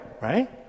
right